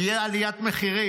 תהיה עליית מחירים.